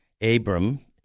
Abram